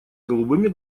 голубыми